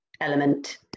element